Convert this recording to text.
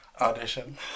audition